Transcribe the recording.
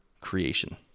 creation